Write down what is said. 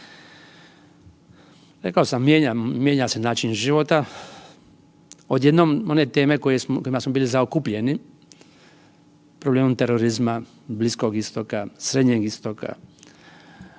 Rekao sam mijenja se način života, odjednom one teme kojima smo bili zaokupljeni problemom terorizma, Bliskog Istoka, Srednjeg Istoka